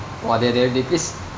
!wah! that that that that place